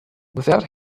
without